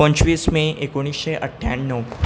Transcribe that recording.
पंचवीस मे एकोणिशें अठ्ठ्याणव